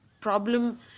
problem